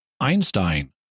Einstein